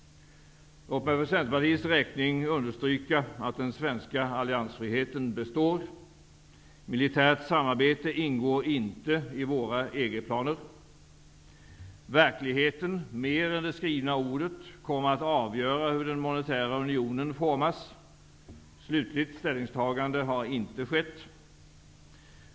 För Centerpartiets räkning vill jag understryka att den svenska alliansfriheten består. Militärt samarbete ingår inte i våra EG-planer. Verkligheten -- mer än det skrivna ordet -- kommer att avgöra hur den monetära unionen formas. Slutligt ställningstagande har inte skett.